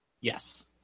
yes